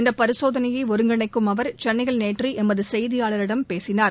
இந்தப் பரிசோதனையை ஒருங்கிணைக்கும் அவர் சென்னையில் நேற்று எமது செய்தியாளரிடம் பேசினார்